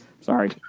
Sorry